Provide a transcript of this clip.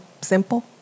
simple